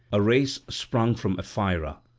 a race sprung from ephyra,